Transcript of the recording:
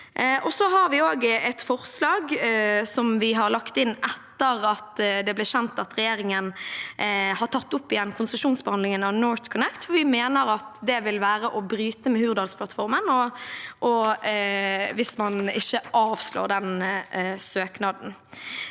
Vi har også et forslag som vi har lagt inn etter at det ble kjent at regjeringen har tatt opp igjen konsesjonsbehandlingen av NorthConnect, for vi mener at det vil være å bryte med Hurdalsplattformen hvis man ikke avslår den søknaden.